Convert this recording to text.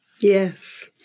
Yes